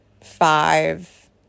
five